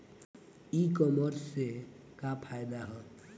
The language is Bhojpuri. ई कामर्स से का फायदा ह?